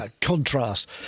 contrast